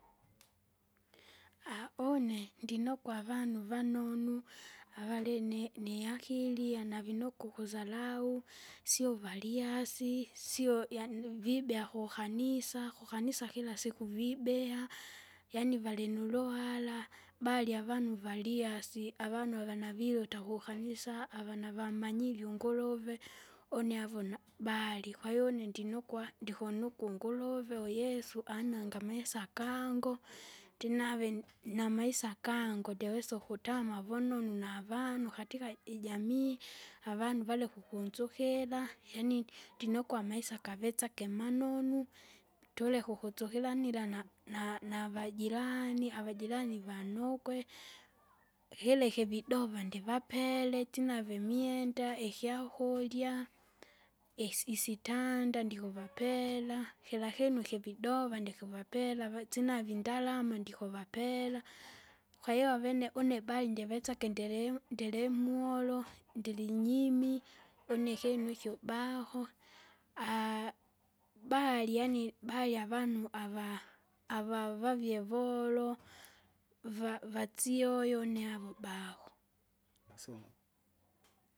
une ndinokwa avanu vanonu, avalini- niakili anavinokwa ukuzarau, sio valyasi, sio yaani vibea kukanisa, kukanisa kila siku vibea, yaani valinuluhara, balya vanu valiasi avanu avana viluta kukanisa, avana vammanyiri unguruve. Une avo na- bali, kwahiyo une ndinokwa ndikunuku unguruve uyesu, ananga amesa gangu, ndinave namaisa gangu ndiwesa ukutama vunonu navanu katika ijamii, avanu valeka ukunzukira, yaani ndinokwa amaisa kavetsage manonu tuleke ukusukaila na- na- navajirani, avajirani vanokwe. Kira ikividova ndivapele, tsinave imwenda, ikyakurya, isi- isitanda ndikuvapela, kira kinu kividova ndikuvapela avatsinavie indalama ndikuvapela. Kwahiyo avene une bali nndiwesage ndire- nderemuolo, ndirinyimi une ikinu ikyo baho bali yaani, bali avanu, ava- avavavie volo. Va- vatsioyo une avo baho.